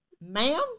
ma'am